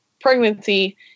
pregnancy